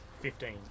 Fifteen